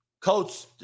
coach